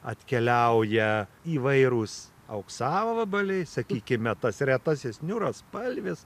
atkeliauja įvairūs auksavabaliai sakykime tas retasis niūraspalvis